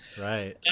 Right